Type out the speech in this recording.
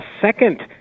second